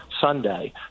Sunday